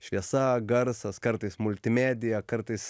šviesa garsas kartais multimedija kartais